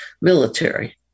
military